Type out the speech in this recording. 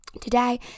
today